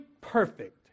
perfect